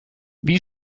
wie